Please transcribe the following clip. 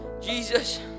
Jesus